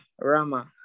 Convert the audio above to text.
Rama